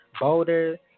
boulder